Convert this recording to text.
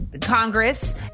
Congress